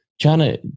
China